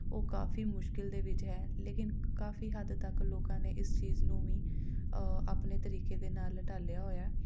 ਉਹ ਕਾਫੀ ਮੁਸ਼ਕਿਲ ਦੇ ਵਿੱਚ ਹੈ ਲੇਕਿਨ ਕਾਫੀ ਹੱਦ ਤੱਕ ਲੋਕਾਂ ਨੇ ਇਸ ਚੀਜ਼ ਨੂੰ ਵੀ ਆਪਣੇ ਤਰੀਕੇ ਦੇ ਨਾਲ ਢਾਲਿਆ ਹੋਇਆ